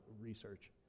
research